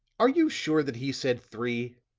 are you sure that he said three?